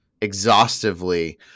exhaustively